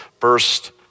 first